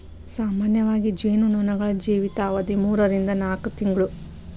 ಸಾಮಾನ್ಯವಾಗಿ ಜೇನು ನೊಣಗಳ ಜೇವಿತಾವಧಿ ಮೂರರಿಂದ ನಾಕ ತಿಂಗಳು